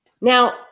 Now